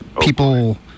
people